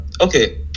okay